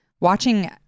watching